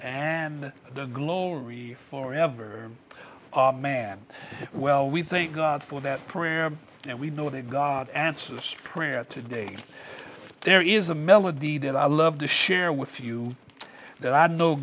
and the glory for ever man well we think for that prayer and we know that god answers prayer today there is a melody that i love to share with you that i know